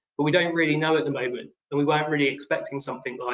but we don't really know at the moment. and we weren't really expecting something